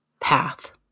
path